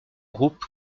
groupe